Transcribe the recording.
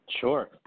Sure